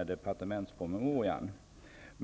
av departementspromemorian.